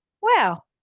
wow